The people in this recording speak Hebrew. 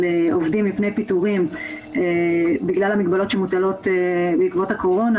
עובדים מפני פיטורים בגלל המגבלות שמוטלות בעקבות הקורונה